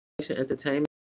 Entertainment